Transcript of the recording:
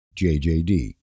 JJD